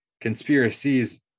Conspiracies